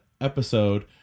episode